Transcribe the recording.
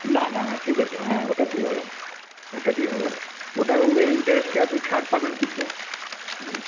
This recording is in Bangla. না না না ঠিক আছে হ্যাঁ ওটাতেই হবে ওটাতেই হবে ওটার উপরে ইন্টারেস্টে আপনি ছাড় পাবেন কিছু হুম